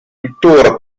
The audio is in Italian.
tuttora